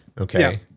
Okay